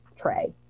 tray